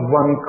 one